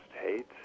hate